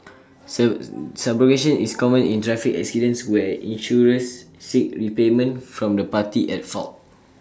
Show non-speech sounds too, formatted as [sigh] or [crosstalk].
[unintelligible] subrogation is common in traffic accidents where insurers seek repayment from the party at fault